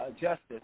justice